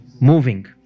moving